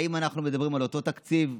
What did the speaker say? האם אנחנו מדברים על אותו תקציב,